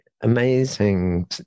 amazing